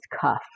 cuff